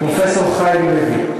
פרופסור חיים לוי.